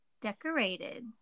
decorated